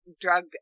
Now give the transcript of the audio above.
drug